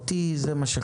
העניין.